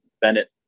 Bennett